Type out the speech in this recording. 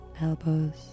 elbows